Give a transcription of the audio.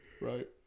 Right